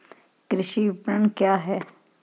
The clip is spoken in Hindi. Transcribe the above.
कृषि विपणन क्या है?